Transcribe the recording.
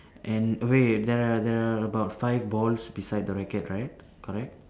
and wait there are there are about five balls beside the rackets right correct